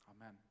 Amen